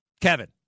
kevin